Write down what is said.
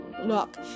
look